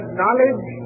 knowledge